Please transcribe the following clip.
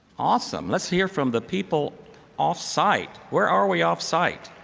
awesome. let's hear from the people off site. where are we off site?